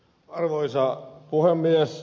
arvoisa puhemies